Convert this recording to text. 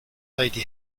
lady